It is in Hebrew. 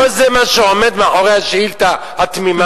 לא זה מה שעומד מאחורי השאילתא התמימה הזאת.